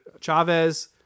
Chavez